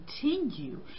continue